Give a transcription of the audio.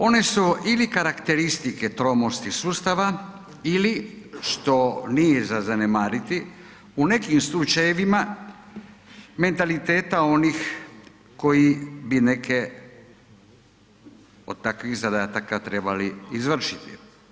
One su ili karakteristike tromosti sustava ili što nije za zanemariti u nekim slučajevima mentaliteta onih koji bi neke od takvih zadataka trebali izvršiti.